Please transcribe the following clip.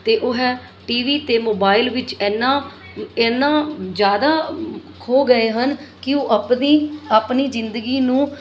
ਅਤੇ ਉਹ ਹੈ ਟੀ ਵੀ 'ਤੇ ਮੋਬਾਈਲ ਵਿੱਚ ਐਨਾ ਐਨਾ ਜ਼ਿਆਦਾ ਖੋ ਗਏ ਹਨ ਕਿ ਉਹ ਆਪਦੀ ਆਪਣੀ ਜ਼ਿੰਦਗੀ ਨੂੰ